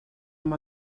amb